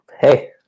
hey